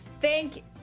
Thank